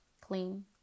Clean